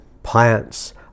plants